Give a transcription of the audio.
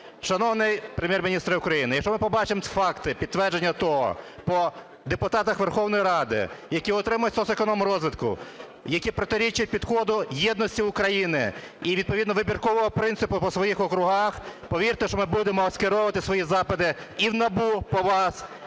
Шановний Прем'єр-міністре України, якщо ми побачимо факти підтвердження того, по депутатах Верховної Ради, які отримують з соцекономрозвитку, які протирічать підходу єдності України і відповідно вибіркового принципу по своїх округах, повірте, що ми будемо скеровувати свої запити і в НАБУ по вас і по